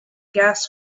gas